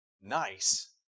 nice